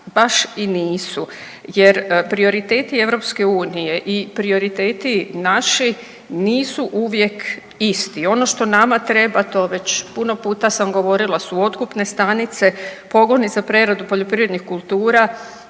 baš i nisu jer prioriteti EU i prioriteti naši nisu uvijek isti. Ono što nama treba to već puno puta sam govorila su otkupne stanice, pogoni za preradu poljoprivrednih kultura,